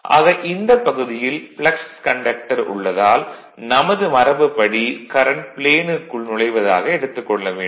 ஆக இந்த பகுதியில் கண்டக்டர் உள்ளதால் நமது மரபு படி கரண்ட் ப்ளேனுக்குள் நுழைவதாக எடுத்துக் கொள்ள வேண்டும்